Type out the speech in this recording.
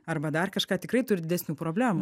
arba dar kažką tikrai turi didesnių problemų